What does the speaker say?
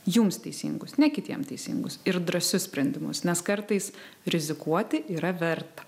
jums teisingus ne kitiem teisingus ir drąsius sprendimus nes kartais rizikuoti yra verta